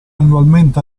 annualmente